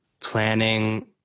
planning